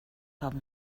haben